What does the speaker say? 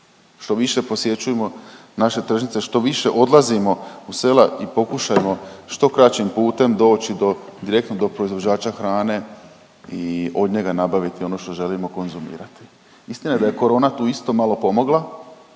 Što više posjećujemo naše tržnice, što više odlazimo u sela i pokušamo što kraćim putem doći do, direktno do proizvođača hrane i od njega nabaviti ono što želimo konzumirati. Istina je da je corona tu isto malo pomogla,